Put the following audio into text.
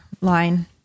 line